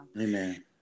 amen